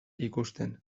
ikusten